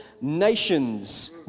nations